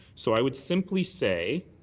so i would simply say